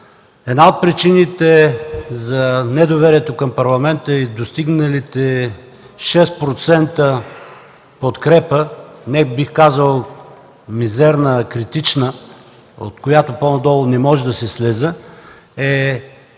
Една от причините за недоверието към Парламента и достигналите 6 процента подкрепа, бих казал не мизерна, а критична, от която по-надолу не може да се слиза, е